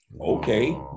Okay